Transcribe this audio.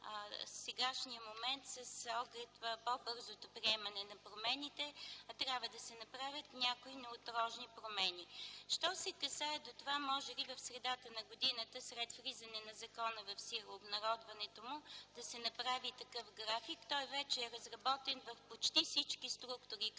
счетоха, че с оглед по-бързото им приемане към сегашния момент трябва да се направят някои неотложни промени. Що се касае до това може ли в средата на годината след влизането на закона, обнародването му, да се направи такъв график, той вече е разработен в почти всички структури